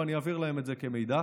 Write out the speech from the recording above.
אבל אעביר להם את זה כמידע.